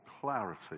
clarity